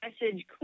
message